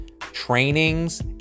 trainings